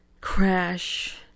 crash